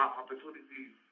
opportunities